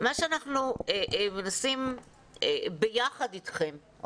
מה שאנחנו מנסים זה ביחד אתכם.